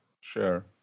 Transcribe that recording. Sure